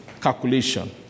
calculation